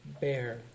bear